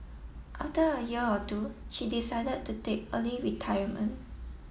after a year or two she decided to take early retirement